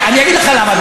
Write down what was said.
אני אגיד לך למה,